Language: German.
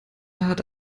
hat